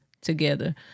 together